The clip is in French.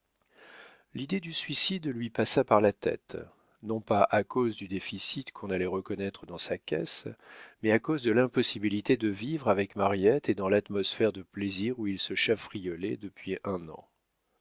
l'idée du suicide lui passa par la tête non pas à cause du déficit qu'on allait reconnaître dans sa caisse mais à cause de l'impossibilité de vivre avec mariette et dans l'atmosphère de plaisirs où il se chafriolait depuis un an